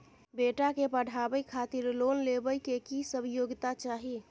बेटा के पढाबै खातिर लोन लेबै के की सब योग्यता चाही?